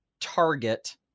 Target